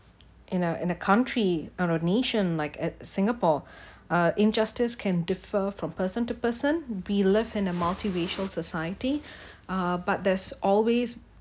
in a in a country on a nation like at singapore uh injustice can differ from person to person be live in a multiracial society uh but there's always